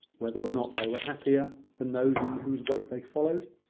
whether or not they were happier, than those in whose wake they followed.